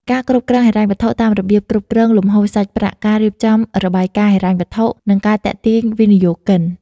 ការគ្រប់គ្រងហិរញ្ញវត្ថុតាមរបៀបគ្រប់គ្រងលំហូរសាច់ប្រាក់ ការរៀបចំរបាយការណ៍ហិរញ្ញវត្ថុ និងការទាក់ទាញវិនិយោគិន ។